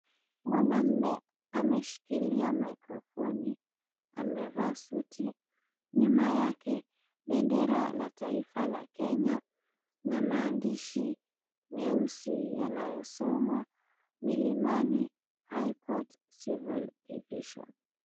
Mwanaume ameshikilia mikrofoni amevaa suti nyuma yake bendera la taifa la Kenya na maandishi meusi yanayosomwa, "Milimani High Court Civil Division".